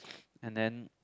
and then